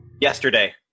Yesterday